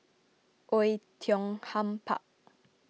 Oei Tiong Ham Park